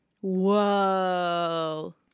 Whoa